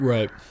Right